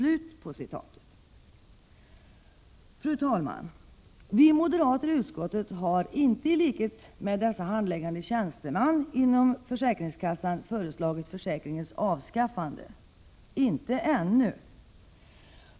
Fru talman! Vi moderater i utskottet har inte i likhet med dessa handläggande tjänstemän inom försäkringskassan föreslagit försäkringens avskaffande — inte ännu.